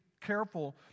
careful